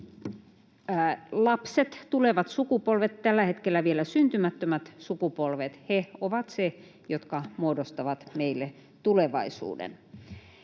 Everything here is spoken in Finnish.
lapset, tulevat sukupolvet ja tällä hetkellä vielä syntymättömät sukupolvet, ovat ne, jotka muodostavat meille tulevaisuuden.